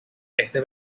este